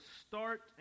start